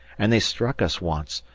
and they struck us once,